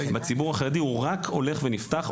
בציבור החרדי הוא רק הולך ונפתח,